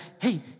hey